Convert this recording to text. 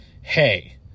hey